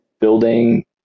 building